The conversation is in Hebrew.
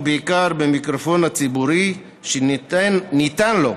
ובעיקר במיקרופון הציבורי שניתן לו,